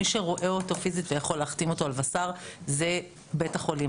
מי שרואה אותו פיזית ויכול להחתים אותו על וס"ר זה בית החולים.